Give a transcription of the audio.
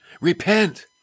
Repent